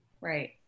right